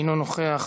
אינו נוכח,